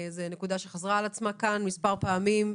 זאת נקודה שחזרה על עצמה כאן מספר פעמים,